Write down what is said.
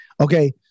Okay